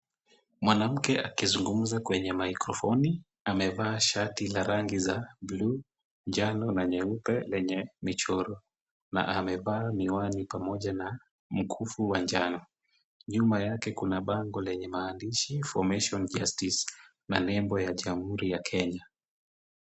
Mwanamke akizungumza kwenye mikrofoni. Amevaa shati la rangi za buluu, njano na nyeupe lenye michoro na amevaa miwani pamoja na mkufu wa njano. Nyuma yake kuna bango lenye maandishi Formation Justice na nembo ya Jamhuri ya Kenya.